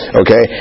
okay